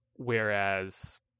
Whereas